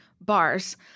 bars